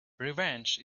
revenge